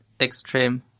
extreme